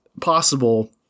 possible